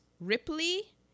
Ripley